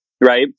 right